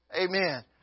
Amen